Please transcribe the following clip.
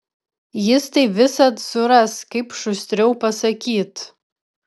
jis tai visad suras kaip šustriau pasakyt